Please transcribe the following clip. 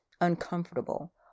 uncomfortable